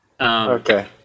Okay